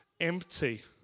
empty